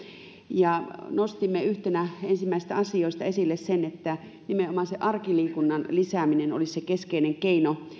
ja nostimme yhtenä ensimmäisistä asioista esille sen että nimenomaan arkiliikunnan lisääminen olisi keskeinen keino